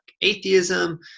atheism